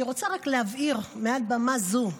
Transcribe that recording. אני רוצה רק להבהיר מעל במה זו: